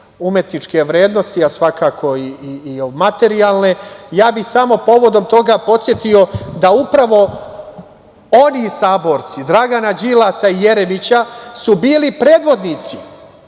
umetničke vrednosti, a svakako i materijalne. Ja bih samo povodom toga podsetio da upravo oni saborci Dragana Đilasa i Jeremića su bili predvodnici